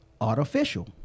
artificial